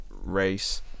race